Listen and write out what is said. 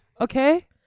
Okay